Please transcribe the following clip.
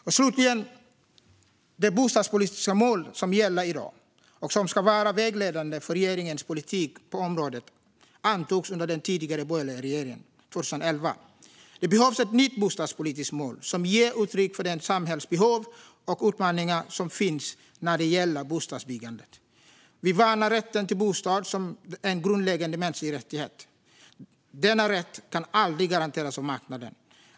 Slutligen: Det bostadspolitiska mål som gäller i dag och som ska vara vägledande för regeringens politik på området antogs under den tidigare borgerliga regeringen 2011. Det behövs ett nytt bostadspolitiskt mål som ger uttryck för det samhällsbehov och de utmaningar som finns när det gäller bostadsbyggandet. Vi värnar rätten till bostad som en grundläggande mänsklig rättighet. Denna rätt kan aldrig garanteras av marknaden.